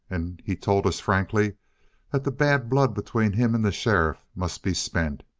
and he told us frankly that the bad blood between him and the sheriff must be spent.